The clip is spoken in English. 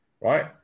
right